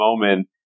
moment